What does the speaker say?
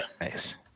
Nice